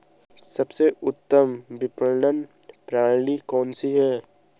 सबसे उत्तम विपणन प्रणाली कौन सी है?